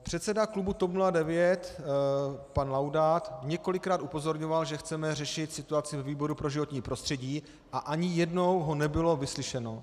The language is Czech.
Předseda klubu TOP 09 pan Laudát několikrát upozorňoval, že chceme řešit situaci ve výboru pro životní prostředí, a ani jednou ho nebylo vyslyšeno.